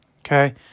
okay